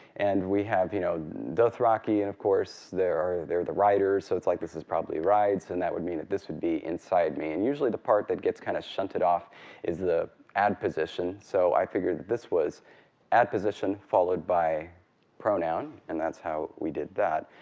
and we have you know dothraki. of course, they're they're the riders, so it's like this is probably rides, and that would mean that this would be inside me. and usually the part that gets kind of shunted off is the adposition, so i figured this was adposition followed by pronoun, and that's how we did that.